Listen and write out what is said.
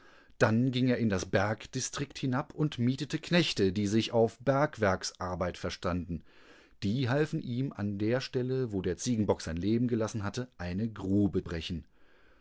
dann ging er in das bergdistrikt hinab und mietete knechte die sich auf bergwerksarbeit verstanden die halfen ihm an der stelle wo der ziegenbock sein leben gelassen hatte eine grube brechen